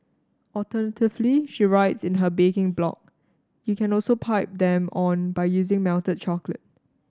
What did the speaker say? alternatively she writes in her baking blog you can also pipe them on by using melted chocolate